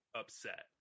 upset